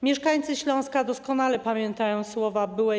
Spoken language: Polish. Mieszkańcy Śląska doskonale pamiętają słowa byłej